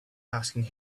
asking